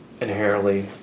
inherently